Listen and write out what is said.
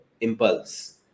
impulse